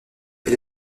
est